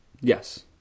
Yes